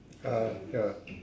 uh ya